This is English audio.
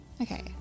Okay